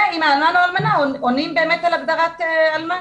ואם האלמן או האלמנה עונים באמת על הגדרת אלמן.